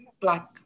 Black